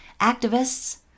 activists